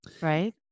right